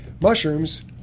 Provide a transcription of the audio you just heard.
mushrooms